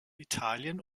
italien